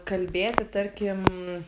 kalbėti tarkim